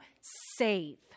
save